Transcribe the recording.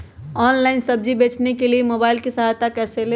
Online सब्जी बेचने के लिए मोबाईल की सहायता कैसे ले?